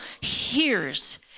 hears